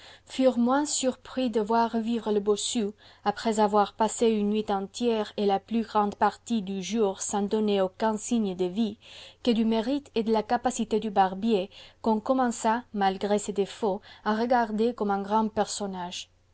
furent moins surpris de voir revivre le bossu après avoir passé une nuit entière et la plus grande partie du jour sans donner aucun signe de vie que du mérite et de la capacité du barbier qu'on commença malgré ses défauts à regarder comme un grand personnage